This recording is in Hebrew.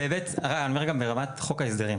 אני אומר גם ברמת חוק ההסדרים.